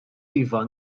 iva